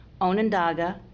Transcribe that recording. Onondaga